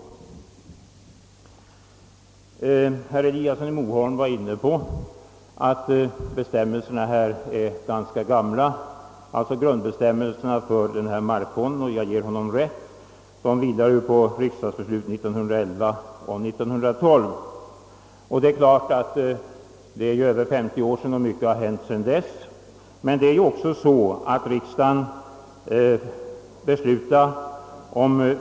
Herr Eliasson i Moholm nämnde att grundbestämmelserna för domänverkets markfond är ganska gamla. Jag ger honom rätt häri. De grundar sig på riksdagsbeslut 1911 och 1912, och mycket har naturligtvis hänt under de 50 år som gått sedan dess.